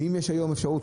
ואם יש היום אפשרות,